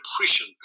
depression